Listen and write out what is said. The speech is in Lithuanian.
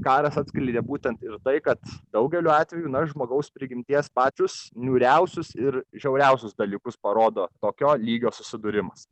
karas atskleidė būtent ir tai kad daugeliu atvejų na žmogaus prigimties pačius niūriausius ir žiauriausius dalykus parodo tokio lygio susidūrimas